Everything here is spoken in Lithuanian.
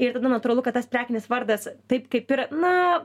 ir tada natūralu kad tas prekinis vardas taip kaip ir na